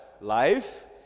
life